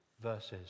verses